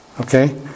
Okay